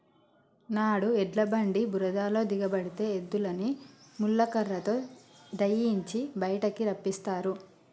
నాడు ఎడ్ల బండి బురదలో దిగబడితే ఎద్దులని ముళ్ళ కర్రతో దయియించి బయటికి రప్పిస్తారు